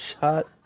shot